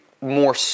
more